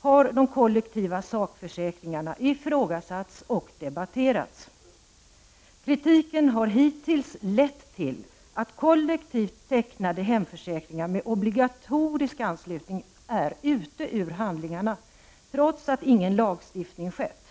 har de kollektiva sakförsäkringarna ifrågasatts och debatterats. Kritiken har hittills lett till att kollektivt tecknade hemförsäkringar med obligatorisk anslutning är ute ur handlingen, trots att ingen lagstiftning har skett.